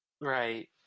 Right